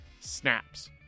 snaps